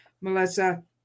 Melissa